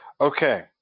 Okay